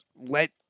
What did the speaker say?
let